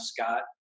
Scott